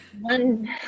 one